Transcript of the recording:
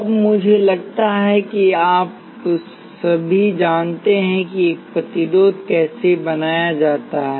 अब मुझे लगता है कि आप सभी जानते हैं कि एक प्रतिरोध कैसे बनाया जाता है